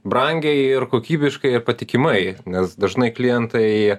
brangiai ir kokybiškai ir patikimai nes dažnai klientai